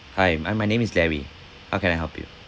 hi uh my name is larry how can I help you